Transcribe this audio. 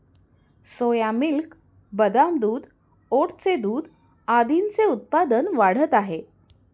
सोया milk, बदाम दूध, ओटचे दूध आदींचे उत्पादन वाढत आहे